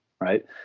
right